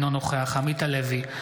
אינו נוכח עמית הלוי,